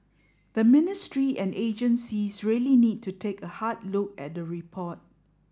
the ministry and agencies really need to take a hard look at the report